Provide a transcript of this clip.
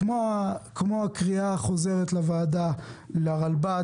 כמו הקריאה החוזרת של הוועדה לרלב"ד,